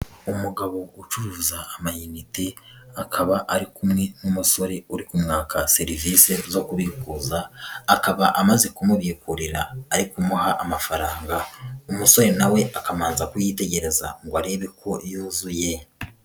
Umugabo ucuruza amayinite akaba ari kumwe n'umusore uri kumwaka serivise zo kubivuza, akaba amaze kumubikurira ari kumuha amafaranga, umusore na we akamanza kuyitegereza ngo arebe ko yuzuye.